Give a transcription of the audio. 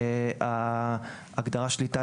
ההגדרה "שליטה",